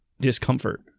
discomfort